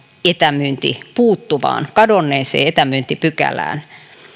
puuttuvaan kadonneeseen etämyyntipykälään